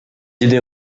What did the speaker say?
idées